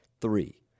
three